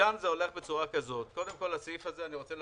קודם כל הסעיף הזה,